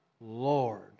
Lord